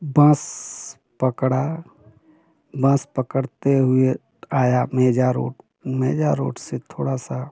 बस पकड़ा बस पकड़ते हुए आया मेजा रोड मेजा रोड से थोड़ा सा